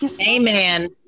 Amen